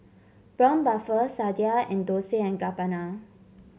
Braun Buffel Sadia and Dolce and Gabbana